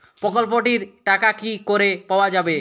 প্রকল্পটি র টাকা কি করে পাওয়া যাবে?